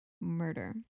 murder